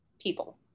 people